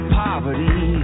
poverty